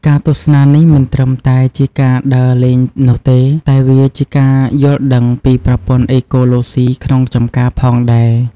ការទស្សនានេះមិនត្រឹមតែជាការដើរលេងនោះទេ តែវាជាការយល់ដឹងពីប្រព័ន្ធអេកូឡូស៊ីក្នុងចម្ការផងដែរ។